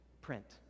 print